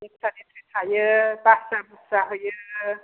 बखिया बखियि थायो बासिया बुसिया होयो